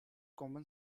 common